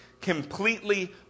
completely